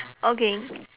okay